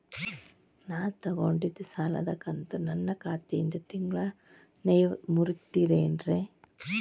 ನಾ ತೊಗೊಂಡಿದ್ದ ಸಾಲದ ಕಂತು ನನ್ನ ಖಾತೆಯಿಂದ ತಿಂಗಳಾ ನೇವ್ ಮುರೇತೇರೇನ್ರೇ?